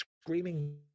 screaming